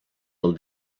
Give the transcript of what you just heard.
del